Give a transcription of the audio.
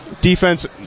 Defense